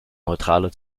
neutrale